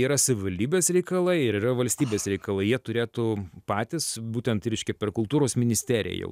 yra savivaldybės reikalai ir yra valstybės reikalai jie turėtų patys būtent reiškia per kultūros ministeriją jau